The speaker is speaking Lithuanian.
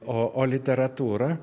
o o literatūra